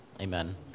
amen